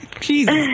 Jesus